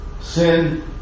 Sin